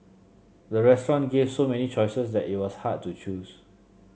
the restaurant gave so many choices that it was hard to choose